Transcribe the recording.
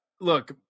look